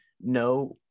no